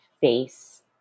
face